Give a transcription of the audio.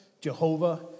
Jehovah